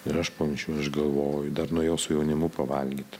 ir aš po mišių aš galvoju dar nuėjau su jaunimu pavalgyt